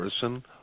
person